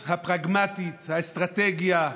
הפיקחות, הפרגמטיות, האסטרטגיה,